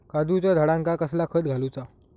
काजूच्या झाडांका कसला खत घालूचा?